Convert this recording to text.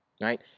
right